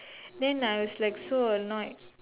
then I was like so annoyed